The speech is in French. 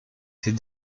ses